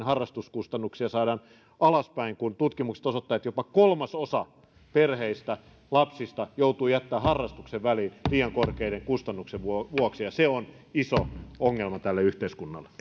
harrastuskustannuksia saadaan alaspäin kun tutkimukset osoittavat että jopa kolmasosa lapsista joutuu jättämään harrastuksen väliin liian korkeiden kustannusten vuoksi vuoksi se on iso ongelma tälle yhteiskunnalle